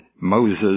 Moses